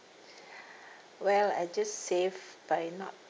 well I just save by not